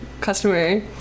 customer